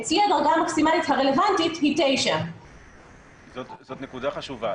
אצלי הדרגה המקסימלי הרלוונטית היא 9. זאת נקודה חשובה.